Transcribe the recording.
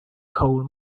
coal